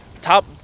Top